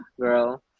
Girl